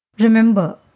Remember